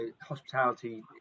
hospitality